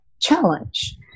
challenge